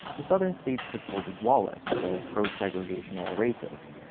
the southern states supported wallace, the pro-segregational racist.